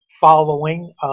following